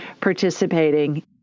participating